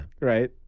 right